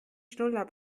schnuller